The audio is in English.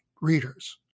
readers